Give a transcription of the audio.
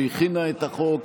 שהכינה את החוק,